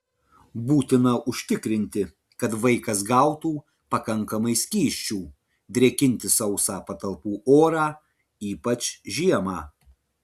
būtina užtikrinti kad vaikas gautų pakankamai skysčių drėkinti sausą patalpų orą ypač žiemą